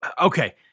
okay